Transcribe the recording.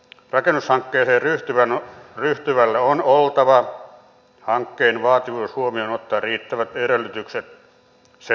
rakennushankkeeseen ryhtyvällä on oltava hankkeen vaativuus huomioon ottaen riittävät edellytykset sen toteuttamiseen